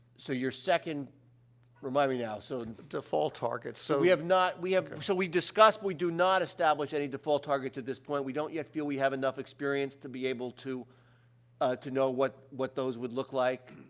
so your second remind me now. so default target, so we have not we have so, we discussed, but we do not establish any default targets at this point. we don't yet feel we have enough experience to be able to, ah to know what what those would look like.